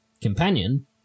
companion